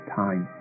time